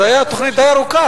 זו היתה תוכנית די ארוכה.